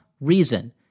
reason